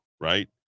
right